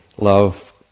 Love